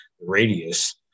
radius